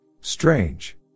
Strange